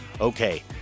Okay